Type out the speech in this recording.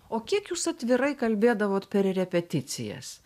o kiek jūs atvirai kalbėdavot per repeticijas